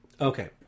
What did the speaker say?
Okay